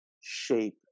shape